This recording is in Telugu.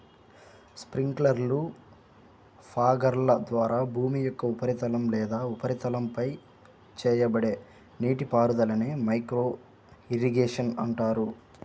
స్ప్రింక్లర్లు, ఫాగర్ల ద్వారా భూమి యొక్క ఉపరితలం లేదా ఉపరితలంపై చేయబడే నీటిపారుదలనే మైక్రో ఇరిగేషన్ అంటారు